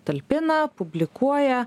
talpina publikuoja